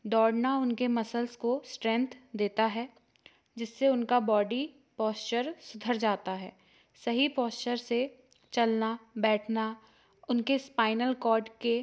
दौड़ना उनके मसल्स को स्ट्रेंथ देता है जिससे उनका बॉडी पॉश्चर सुधर जाता है सही पॉश्चर से चलना बैठना उनके स्पाइनल कोर्ड के